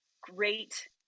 great